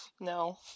No